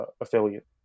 affiliate